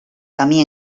camí